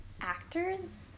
actors